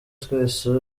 twese